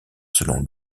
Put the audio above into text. selon